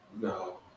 no